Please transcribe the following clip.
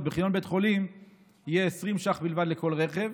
בחניון בית חולים יהיה 20 ש"ח בלבד לכל רכב,